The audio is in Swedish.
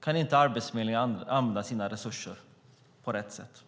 kan inte Arbetsförmedlingen använda sina resurser på rätt sätt.